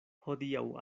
hodiaŭ